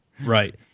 right